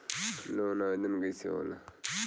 Loan आवेदन कैसे होला?